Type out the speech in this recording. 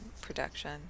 production